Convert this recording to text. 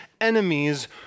enemies